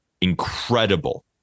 incredible